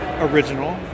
original